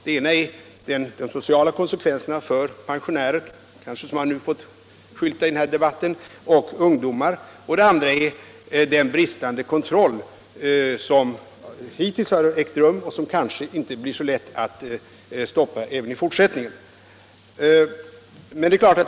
Det ena är de sociala konsekvenserna för pensionärer - som fått skylta i den här debatten — och ungdomar. Det andra är den bristande kontrollen hittills — det kanske inte blir så lätt att upprätthålla kontrollen i fortsättningen heller.